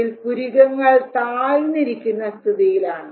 ഇതിൽ പുരികങ്ങൾ താഴ്ന്നിരിക്കുന്ന സ്ഥിതിയിലാണ്